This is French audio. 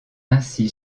ainsi